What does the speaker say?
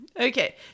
Okay